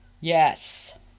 Yes